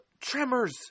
Tremors